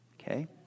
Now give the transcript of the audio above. Okay